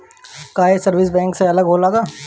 का ये service bank से अलग होला का?